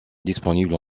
disponibles